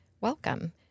Welcome